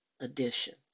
edition